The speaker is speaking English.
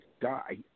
die